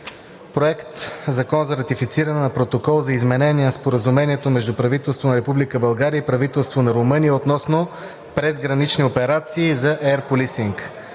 „Проект! ЗАКОН за ратифициране на Протокол за изменение на Споразумението между правителството на Република България и правителството на Румъния относно презгранични операции за Air Policing